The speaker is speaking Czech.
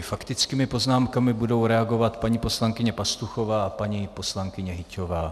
Faktickými poznámkami budou reagovat paní poslankyně Pastuchová a paní poslankyně Hyťhová.